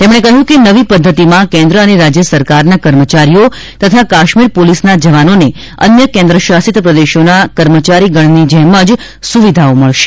તેમણે કહ્યું કે નવી પદ્ધતિમાં કેન્દ્ર અને રાજ્ય સરકારના કર્મચારીઓ તથા કાશ્મીર પોલીસના જવાનોને અન્ય કેન્દ્ર શાસિત પ્રદેશોના કર્મચારી ગણની જેમ જ સુવિધાઓ મળશે